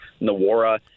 Nawara